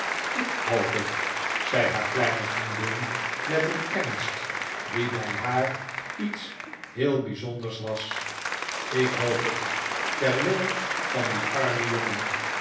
ik hoop het zei haar kleine vriendin met een ernst die bij haar lets heel bijzonders was ik hoop het ter wille van dien armen jongen